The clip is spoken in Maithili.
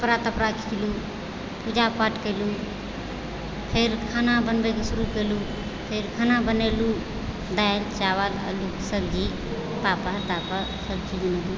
कपड़ा तपड़ा खिचलहुँ पूजा पाठ केलहुँ फेर खाना बनबयके शुरू केलहुँ फेर खाना बनेलहुँ दालि चावल आलूके सब्जी पापड़ तापड़ सभचीज मतलब